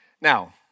Now